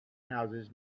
houses